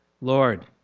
Lord